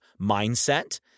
mindset